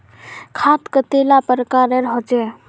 खाद कतेला प्रकारेर होचे?